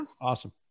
Awesome